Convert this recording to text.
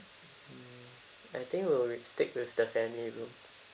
mm I think we'll re~ stick with the family rooms